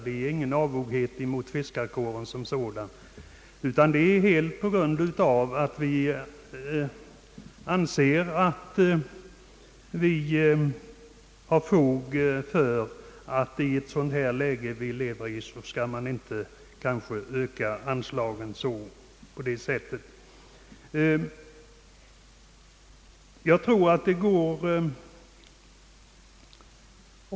Det är inte fråga om någon avoghet mot fiskarkåren som sådan, utan vårt ställningstagande grundar sig helt på vår uppfattning att man, i ett sådant läge som det vi nu lever i, inte skall öka anslagen på detta sätt.